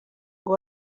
ngo